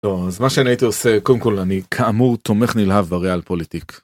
אז מה שאני הייתי עושה קודם כל אני כאמור תומך נלהב בריאל פוליטיק.